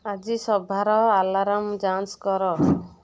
ଆଜି ସଭାର ଆଲାର୍ମ ଯାଞ୍ଚ କର